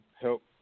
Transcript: help